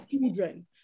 children